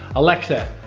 alexa,